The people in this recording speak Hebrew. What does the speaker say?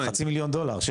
חצי מיליון דולר.